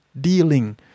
dealing